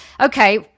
okay